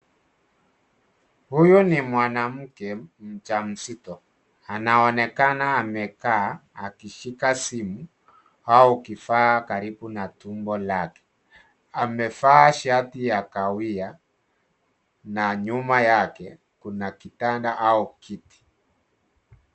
Huyu ni mwanamke mjamzito. Anaonekana amekaa akishika simu, au kifaa karibu na tumbo lake. Amevaa shati ya kahawia, na nyuma yake, kuna kitanda au kiti.